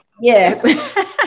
Yes